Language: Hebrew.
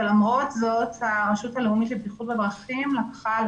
ולמרות זאת הרשות הלאומית לבטיחות בדרכים לקחה על